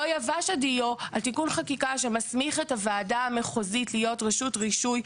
לא יבש הדיו על תיקון חקיקה שמסמיך את הוועדה המחוזית להיות רשות רישוי,